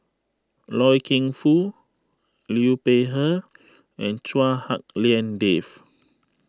Loy Keng Foo Liu Peihe and Chua Hak Lien Dave